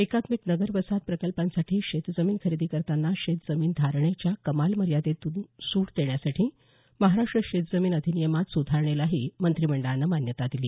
एकात्मिक नगर वसाहत प्रकल्पांसाठी शेतजमीन खरेदी करताना शेतजमीन धारणेच्या कमाल मर्यादेतून सूट देण्यासाठी महाराष्ट्र शेतजमीन अधिनियमात सुधारणेलाही मंत्रिमंडळानं मान्यता दिली